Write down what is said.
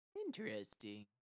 Interesting